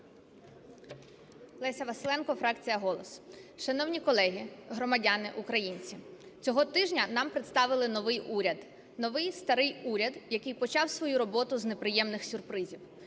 Леся Василенко, фракція "Голос". Шановні колеги, громадяни, українці, цього тижня нам представили новий уряд, новий старий уряд, який почав свою роботу з неприємних сюрпризів.